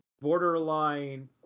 borderline